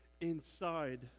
inside